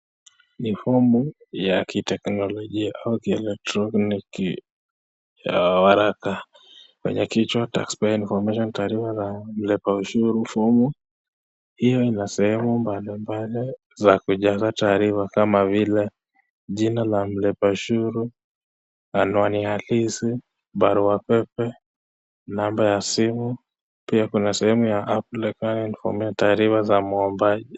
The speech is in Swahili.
Ni fomu ya kiteknolojia au kielektroniki ya waraka. Kwenye kichwa( taxpayers information) ya walipa ushuru . Fomu hiyo Ina sehemu mbalimbali za kujaza taharifa kama vile jina la mlipa hushuru , anwani ya ofisi , barua pepe , n(number) ya simu